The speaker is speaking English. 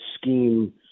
scheme